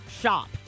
Shop